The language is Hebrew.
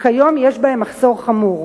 וכיום יש בהם מחסור חמור,